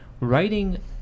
writing